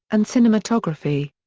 and cinematography.